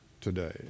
today